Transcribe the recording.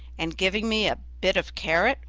and giving me a bit of carrot,